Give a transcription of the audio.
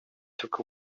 took